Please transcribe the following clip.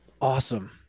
awesome